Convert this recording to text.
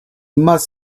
must